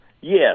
yes